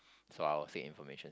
so I would say information